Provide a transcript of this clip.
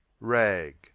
rag